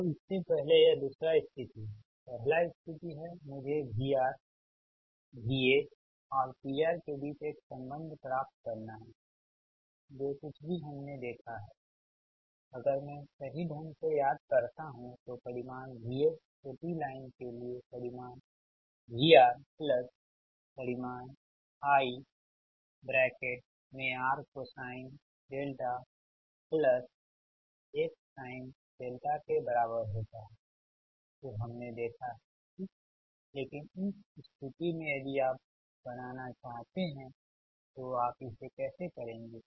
तो इससे पहले यह दूसरा स्थिति है पहला स्थिति है मुझे VRVS और PR के बीच एक संबंध प्राप्त करना है जो कुछ भी हमने देखा है अगर मैं सही ढंग से याद करता हूं तो परिमाण VS छोटी लाइन के लिए परिमाण VR प्लस परिमाण I ब्रैकेट में R cosine delta plus X sine delta के बराबर होता है जो हमने देखा है ठीक लेकिन इस स्थिति में यदि आप बनाना चाहते हैं तो आप इसे कैसे करेंगे